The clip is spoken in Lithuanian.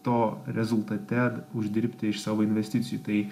to rezultate uždirbti iš savo investicijų tai